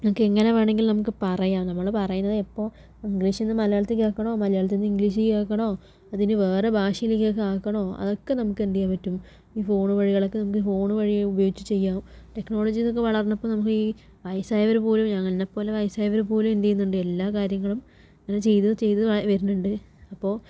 നമുക്ക് എങ്ങനെ വേണങ്കിലും നമുക്ക് പറയാം നമ്മൾ പറയുന്നത് എപ്പോൾ ഇംഗ്ലീഷിൽ നിന്ന് മലയാളത്തിലേക്ക് ആക്കണോ മലയാളത്തിൽനിന്ന് ഇംഗ്ലീഷിലേക്ക് ആക്കണോ അതിനി വേറെ ഭാഷയിലേക്കൊക്കെ ആക്കണോ അതൊക്കെ നമുക്ക് എന്ത് ചെയ്യാൻ പറ്റും ഈ ഫോൺ വഴികളൊക്കെ ഫോണ് വഴി ഉപയോഗിച്ച് ചെയ്യാം ടെക്നോളജി ഒക്കെ വളർന്നപ്പോൾ നമുക്ക് ഈ വയസ്സായവര് പോലും എന്നെപ്പോലെ വയസ്സായവര് പോലും എന്ത് ചെയ്യുന്നുണ്ട് എല്ലാ കാര്യങ്ങളും ഇങ്ങനെ ചെയ്ത് ചെയ്ത് വരുന്നുണ്ട് അപ്പോൾ